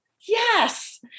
yes